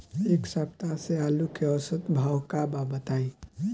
एक सप्ताह से आलू के औसत भाव का बा बताई?